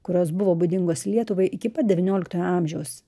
kurios buvo būdingos lietuvai iki pat devynioliktojo amžiaus